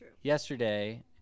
yesterday